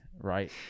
Right